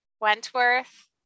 wentworth